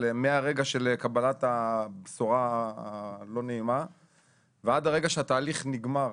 מהרגע של קבלת הבשורה הלא נעימה ועד הרגע שהתהליך נגמר